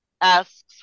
asks